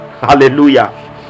Hallelujah